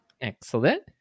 Excellent